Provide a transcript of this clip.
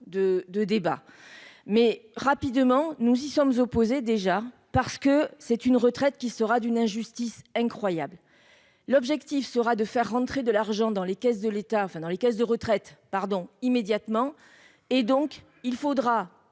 de débats mais rapidement, nous y sommes opposés, déjà parce que c'est une retraite qui sera d'une injustice incroyable, l'objectif sera de faire rentrer de l'argent dans les caisses de l'État, enfin dans les caisses de retraite pardon immédiatement, et donc il faudra